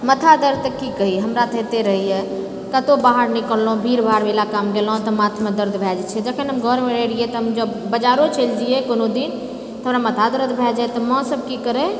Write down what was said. मथा दर्द तऽ की कही हमरा तऽ हैते रहैए कतहुँ बाहर निकललहुँ भीड़ भाड़ इलाकामे गेलहुँ तऽ माथमे दर्द भए जाय छै जखन हम घरमे रहै रहियै जब बजारो चलि जइयै कोनो दिन तऽ हमरा मथा दर्द भए जाय तऽ माँ सब की करै